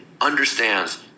understands